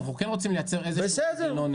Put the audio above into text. אנחנו כן רוצים לייצר איזשהו מנגנון.